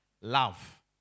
Love